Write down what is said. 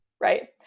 right